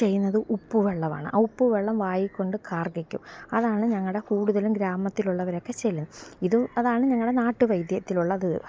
ചെയ്യുന്നത് ഉപ്പുവെള്ളമാണ് ആ ഉപ്പുവെള്ളം വായിൽ കൊണ്ടു കാർക്കിക്കും അതാണ് ഞങ്ങളുടെ കൂടുതലും ഗ്രാമത്തിലുള്ളവരൊക്കെ ചെ ഇതു അതാണ് ഞങ്ങളുടെ നാട്ടു വൈദ്യത്തിലുള്ളത്